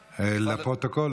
לפרוטוקול,